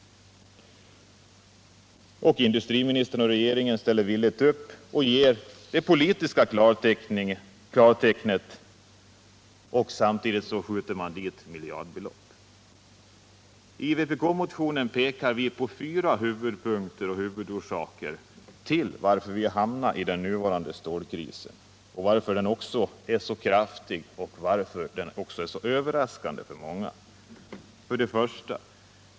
Och industriministern och regeringen ställer villigt upp, ger det politiska klartecknet och skjuter samtidigt till miljardbelopp. I vpk-motionen pekar vi i fyra huvudpunkter på de huvudsakliga anledningarna till att vi hamnat i den nuvarande stålkrisen, varför den är så kraftig och varför den kommit så överraskande för många. 1.